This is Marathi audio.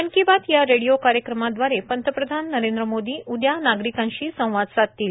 मन की बात या रेडिओ कार्यक्रमाद्वारे पंतप्रधान नरेंद्र मोदी उद्या नागरिकांषी संवाद साधतील